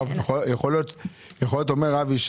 יכול להיות אומר אבי,